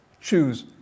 choose